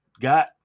got